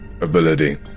ability